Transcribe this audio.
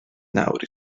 nawr